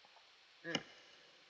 mm